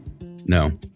no